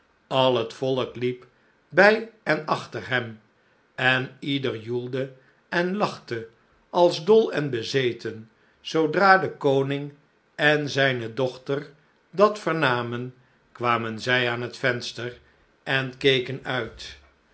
al t volk liep bij en achter hem en ieder joelde en lachte als dol en bezeten zoodra de koning en zijne dochter dat vernamen kwamen zij aan het venster en keken uit